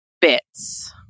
bits